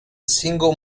single